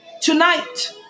Tonight